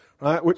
Right